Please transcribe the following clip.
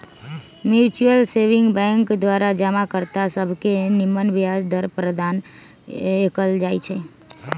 mutual saving bank द्वारा जमा कर्ता सभके निम्मन ब्याज दर प्रदान कएल जाइ छइ